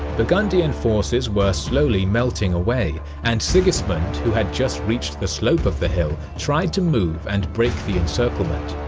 burgundian forces were slowly melting away and sigismund who had just reached the slope of the hill tried to move and break the encirclement.